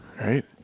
Right